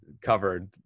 covered